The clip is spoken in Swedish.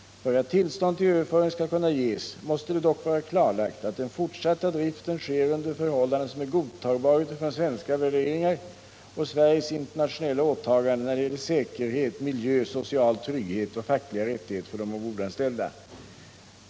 För att tillstånd till överföring skall kunna ges måste det dock vara klarlagt att den fortsatta driften sker under förhållanden som är godtagbara utifrån svenska värderingar och Sveriges internationella åtaganden när det gäller säkerhet, miljö, social trygghet och fackliga rättigheter för de ombordanställda.